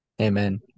amen